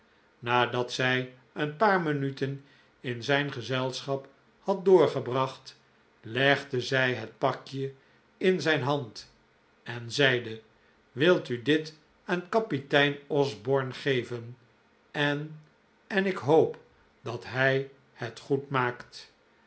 nadat zij een paar minuten in zijn gezelschap had doorgebracht legde zij het pakje in zijn hand en zeide wilt u dit aan kapitein osborne geven en en ik hoop dat hij het goed maakt